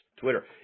Twitter